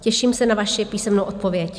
Těším se na vaši písemnou odpověď.